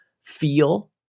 feel